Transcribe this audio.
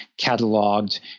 cataloged